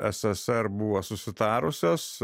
ssr buvo susitarusios